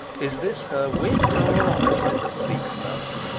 is this her wit, or honesty, that speaks thus?